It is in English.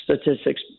statistics